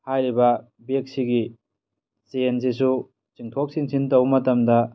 ꯍꯥꯏꯔꯤꯕ ꯕꯦꯛꯁꯤꯒꯤ ꯆꯦꯟꯁꯤꯁꯨ ꯆꯤꯡꯊꯣꯛ ꯆꯤꯡꯁꯤꯟ ꯇꯧꯕ ꯃꯇꯝꯗ